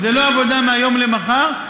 זו לא עבודה מהיום למחר.